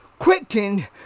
Quicken